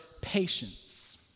patience